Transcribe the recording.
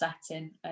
setting